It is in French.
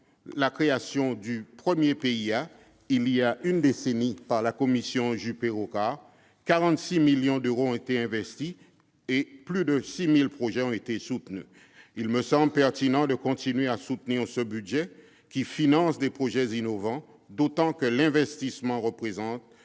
lancement du premier PIA, voilà une décennie, par la commission Juppé-Rocard, 46 milliards d'euros ont été investis et plus de 6 000 projets ont été soutenus. Il me semble pertinent de continuer à soutenir ce budget qui finance des projets innovants, d'autant que l'investissement représente